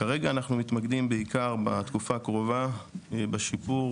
כרגע אנחנו מתמקדים בעיקר בתקופה הקרובה בשיפור